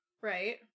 Right